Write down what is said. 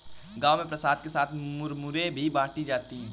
गांव में प्रसाद के साथ साथ मुरमुरे ही बाटी जाती है